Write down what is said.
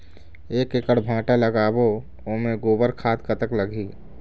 एक एकड़ भांटा लगाबो ओमे गोबर खाद कतक लगही?